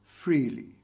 freely